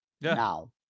now